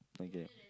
okay